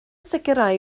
sicrhau